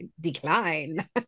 decline